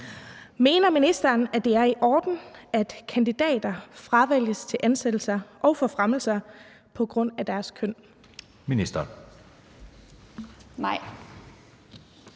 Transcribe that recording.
Mener ministeren, at det er i orden, at kandidater fravælges til ansættelser og forfremmelser på grund af deres køn?